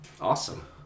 Awesome